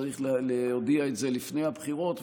צריך להודיע את זה לפני הבחירות.